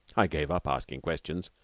i gave up asking questions.